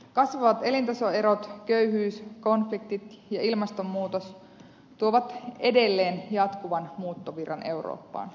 kasvavat elintasoerot köyhyys konfliktit ja ilmastonmuutos tuovat edelleen jatkuvan muuttovirran eurooppaan